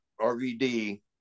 rvd